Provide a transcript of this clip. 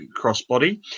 crossbody